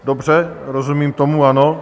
Dobře, rozumím tomu, ano.